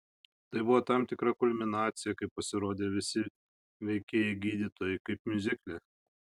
tai buvo tam tikra kulminacija kai pasirodė visi veikėjai gydytojai kaip miuzikle